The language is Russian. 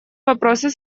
вопроса